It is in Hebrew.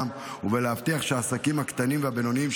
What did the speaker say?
ולהבטיח שהעסקים הקטנים והבינוניים,